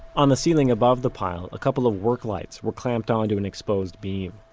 on the ceiling above the pile, a couple of work lights were clamped onto an exposed beam.